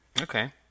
Okay